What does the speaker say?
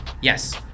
Yes